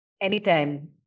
Anytime